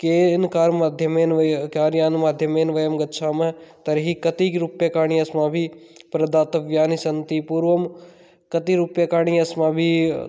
केन कार्माध्यमेन वयं कार्यानमाध्यमेन वयं गच्छामः तर्हि कति रूप्यकाणि अस्माभिः प्रदातव्यानि सन्ति पूर्वं कति रूप्यकाणि अस्माभिः